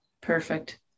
Perfect